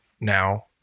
now